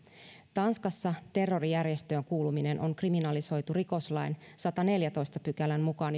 tanskassa terrorijärjestöön kuuluminen on kriminalisoitu rikoslain sadannenneljännentoista pykälän mukaan